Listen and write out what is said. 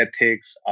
ethics